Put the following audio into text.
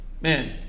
Man